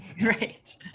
Right